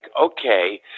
okay